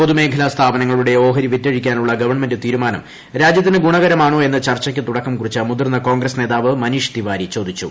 പൊതുമേഖലാ സ്ഥാപനങ്ങളുടെ ഓഹരി വിറ്റഴിക്കാനുള്ള ഗവൺമെന്റ് തീരുമാനം രാജ്യത്തിന് ഗുണകരമാണോ എന്ന് ചർച്ചയ്ക്ക് തുടക്കം കുറിച്ച മുതിർന്ന കോൺഗ്രസ് നേതാവ് മനീഷ് തിവാരി ചോദിച്ചു